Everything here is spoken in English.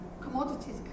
commodities